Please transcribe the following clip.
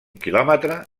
quilòmetre